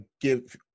give